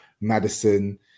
Madison